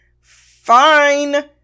fine